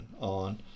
on